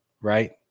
right